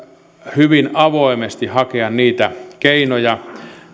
hyvin avoimesti hakea niitä keinoja